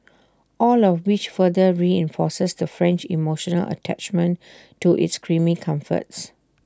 all of which further reinforces the French emotional attachment to its creamy comforts